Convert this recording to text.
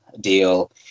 deal